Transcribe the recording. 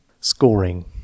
Scoring